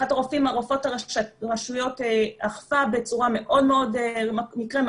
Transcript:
אחת הרופאות של הרשויות אכפה מקרה מאוד קשה